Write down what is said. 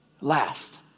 last